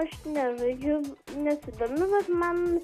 aš nežaidžiu nesidomiu bet man